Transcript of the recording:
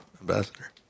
ambassador